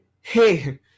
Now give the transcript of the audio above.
Hey